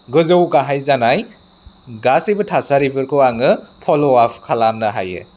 गोजौ गाहाय जानाय गासैबो थासारिफोरखौ आङो फल'आप खालामनो हायो